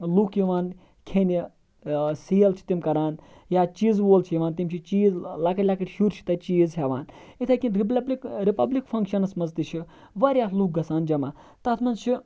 لُکھ یِوان کھیٚنہِ سیل چھِ تِم کَران یا چیزٕ وول چھُ یِوان تِم چھِ چیٖز لَکٕٹۍ لَکٕٹۍ شُرۍ چھِ تَتہِ چیٖز ہیٚوان اِتھے کنۍ رِپَبلِک فَنٛکشَنَس مَنٛز تہِ چھِ واریاہ لُکھ گَژھان جَمَع تَتھ مَنٛز چھِ